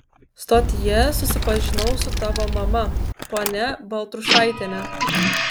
stotyje susipažinau su tavo mama ponia baltrušaitiene